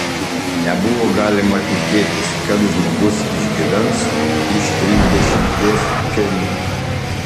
nebuvo galima tikėtis kad žmogus išgyvens iš trisdešimties pfenigų